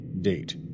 Date